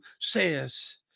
says